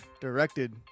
Directed